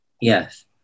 Yes